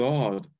God